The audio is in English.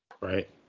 Right